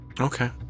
Okay